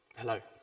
hello.